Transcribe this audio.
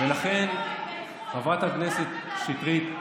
חברת הכנסת שטרית,